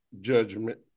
judgment